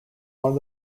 one